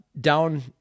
Down